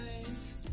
eyes